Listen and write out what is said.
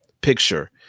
picture